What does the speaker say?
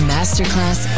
Masterclass